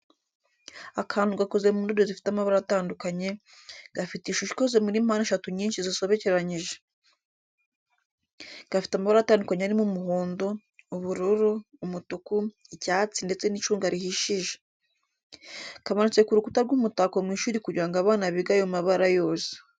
Akantu gakoze mu ndodo zifite amabara atandukanye, gafite ishusho ikoze muri mpande eshatu nyinshi zisobekeranyije. Gafite amabara atandukanye arimo umuhondo, ubururu, umutuku, icyatsi, ndetse n'icunga rihishije. Kamanitse ku rukuta nk'umutako mu ishuri kugira ngo abana bige ayo mabara yose.